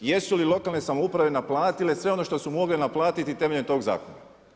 Jesu li lokalne samouprave naplatile sve ono što su mogle naplatiti temeljem tog zakona?